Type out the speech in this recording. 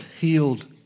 healed